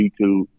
YouTube